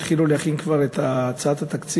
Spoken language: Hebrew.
כאשר התחילו להכין כבר את הצעת התקציב,